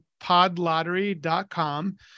podlottery.com